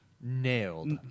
nailed